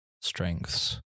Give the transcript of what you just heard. strengths